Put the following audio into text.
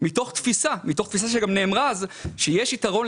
לכן, לוקח זמן עד שאנשים מתחילים